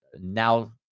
now